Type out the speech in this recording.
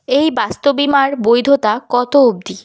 এই বাস্তু বিমার বৈধতা কত অবধি